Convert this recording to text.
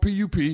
PUP